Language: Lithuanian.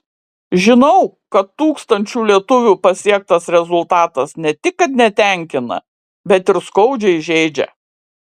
žinau kad tūkstančių lietuvių pasiektas rezultatas ne tik kad netenkina bet ir skaudžiai žeidžia